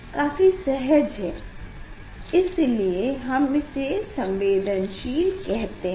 काफी सहज है इसलिए हम इसे संवेदनशील कहते हैं